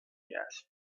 gas